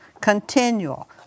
continual